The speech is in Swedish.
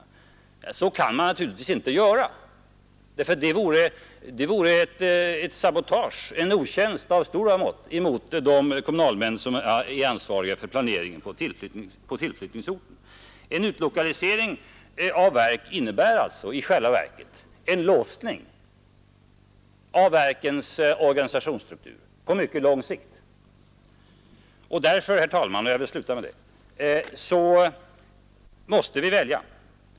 Så kan man naturligtvis inte göra. Det vore en otjänst av stora mått mot de kommunalmän som är ansvariga för planeringen på tillflyttningsorten. En utlokalisering av verk innebär i realiteten en låsning av verkens organisationsstruktur på mycket lång sikt. Därför, herr talman — och jag vill sluta med det — måste vi välja.